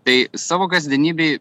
tai savo kasdienybėj